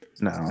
no